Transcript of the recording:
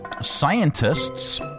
Scientists